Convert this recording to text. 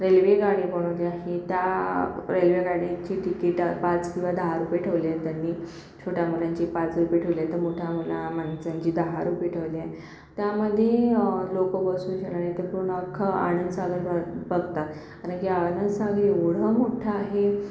रेल्वेगाडी बनवली आहे त्या रेल्वेगाडीची तिकिटं पाच किंवा दहा रुपये ठेवले आहेत त्यांनी छोट्या मुलांची पाच रुपये ठेवले आहेत तर मोट्या मुला माणसांची दहा रुपये ठेवली आहे त्यामध्ये लोकं बसू शकतात आणि ते पूर्ण अख्खं आनंदसागर बग बघतात कारण की आनंदसागर एवढं मोठं आहे